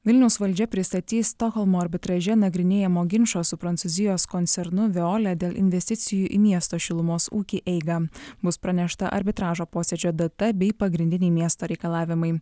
vilniaus valdžia pristatys stokholmo arbitraže nagrinėjamo ginčo su prancūzijos koncernu veolia dėl investicijų į miesto šilumos ūkį eigą bus pranešta arbitražo posėdžio data bei pagrindiniai miesto reikalavimai